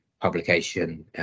publication